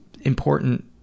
important